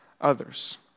others